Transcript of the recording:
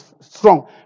strong